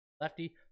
lefty